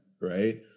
right